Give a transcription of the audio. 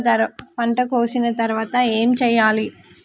పంట కోసిన తర్వాత ఏం చెయ్యాలి?